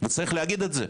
יש לומר זאת.